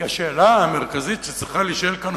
כי השאלה המרכזית שצריכה להישאל כאן,